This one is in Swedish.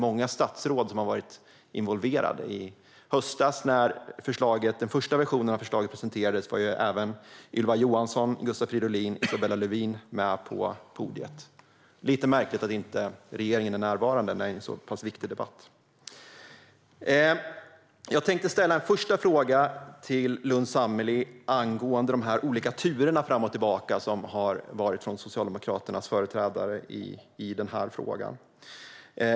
Många statsråd har dock varit involverade i detta lagförslag. När den första versionen av förslaget presenterades i höstas var även Ylva Johansson, Gustav Fridolin och Isabella Lövin med på podiet. Det är alltså lite märkligt att regeringen inte är närvarande vid en så viktig debatt som denna. Jag vill ställa en första fråga till Lundh Sammeli angående de olika turerna fram och tillbaka i frågan bland Socialdemokraternas företrädare.